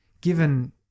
given